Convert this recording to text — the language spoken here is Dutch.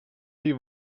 die